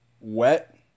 wet